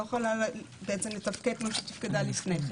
יכולה בעצם לתפקד כמו שהיא תפקדה לפני כן,